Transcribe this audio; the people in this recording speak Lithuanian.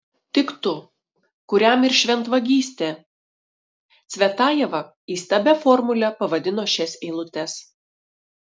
tik tu kuriam ir šventvagystė cvetajeva įstabia formule pavadino šias eilutes